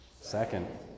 Second